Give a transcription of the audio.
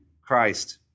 Christ